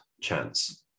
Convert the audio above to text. chance